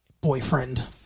boyfriend